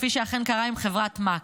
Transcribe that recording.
כפי שאכן קרה עם חברת מקס.